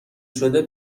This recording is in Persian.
شده